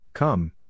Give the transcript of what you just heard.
Come